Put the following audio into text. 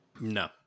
No